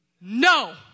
No